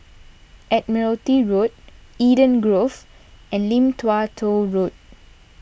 Admiralty Road Eden Grove and Lim Tua Tow Road